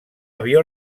avió